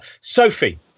Sophie